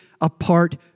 apart